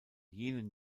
jenen